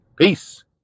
Peace